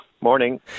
morning